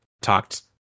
talked